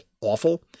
awful